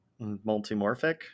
Multimorphic